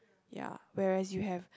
ya whereas you have